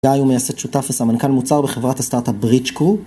זה היום מייסד, שותף וסמנכ"ל מוצר בחברת הסטארטאפ בריצ'קו